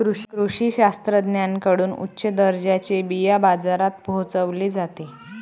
कृषी शास्त्रज्ञांकडून उच्च दर्जाचे बिया बाजारात पोहोचवले जाते